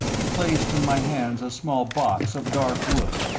he placed in my hands a small box of dark wood,